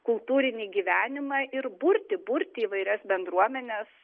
kultūrinį gyvenimą ir burti burti įvairias bendruomenes